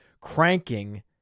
cranking